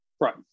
Right